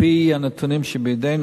על-פי הנתונים שבידינו,